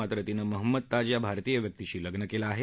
मात्र तिनं महम्मद ताज या भारतीय व्यक्तीशी लग्न केलं आहे